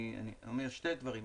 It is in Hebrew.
אני אומר שני דברים.